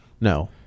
No